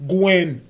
Gwen